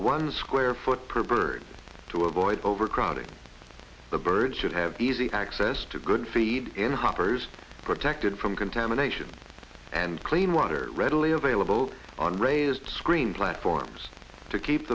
one square foot per bird to avoid overcrowding the birds should have easy access to good feed in hoppers protected from contamination and clean water readily available on raised screen platforms to keep